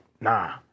nah